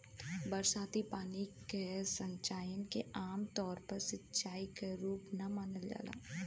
बरसाती पानी के संचयन के आमतौर पर सिंचाई क रूप ना मानल जाला